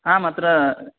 आमत्र